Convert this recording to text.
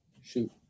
shoot